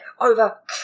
over